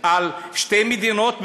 על שתי מדינות,